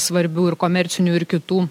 svarbių ir komercinių ir kitų